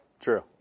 True